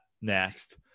next